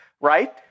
right